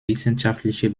wissenschaftliche